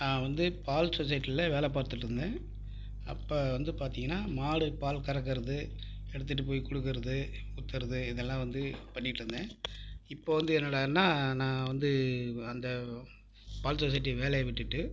நான் வந்து பால் சொசைட்டியில வேலை பார்த்துட்டு இருந்தேன் அப்போ வந்து பார்த்திங்கன்னா மாடு பால் கறக்கறது எடுத்துட்டுப் போய் கொடுக்கறது விற்கறது இதெல்லாம் வந்து பண்ணிட்டுருந்தேன் இப்போ வந்து என்னடானா நான் வந்து அந்த பால் சொசைட்டி வேலையை விட்டுவிட்டு